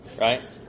right